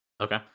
Okay